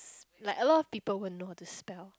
like a lot of people won't know how to spell